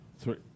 three